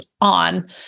on